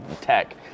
tech